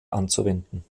anzuwenden